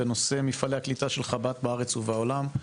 בנושא מפעלי הקליטה של חב"ד בארץ ובעולם.